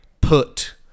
put